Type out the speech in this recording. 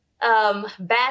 bad